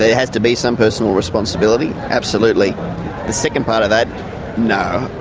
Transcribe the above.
has to be some personal responsibility, absolutely the second part of that no.